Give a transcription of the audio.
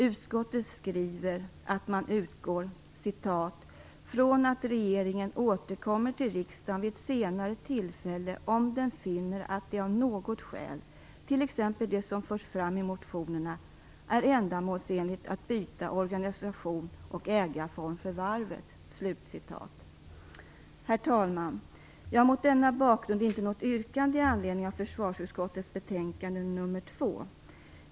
Utskottet skriver att man utgår från "att regeringen återkommer till riksdagen vid ett senare tillfälle om den finner att det av något skäl - t.ex. de som förs fram i motionerna - är ändamålsenligt att byta organisations och ägarform för varvet". Herr talman! Jag har mot denna bakgrund inte något yrkande i anledning av försvarsutskottets betänkande nr 2.